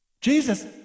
Jesus